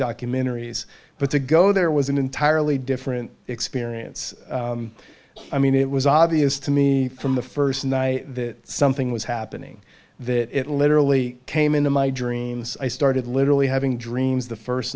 documentaries but to go there was an entirely different experience i mean it was obvious to me from the first night that something was happening that it literally came into my dreams i started literally having dreams the first